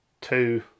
two